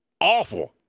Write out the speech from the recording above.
awful